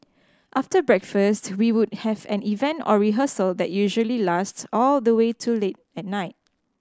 after breakfast we would have an event or rehearsal that usually lasts all the way to late at night